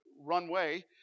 runway